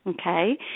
okay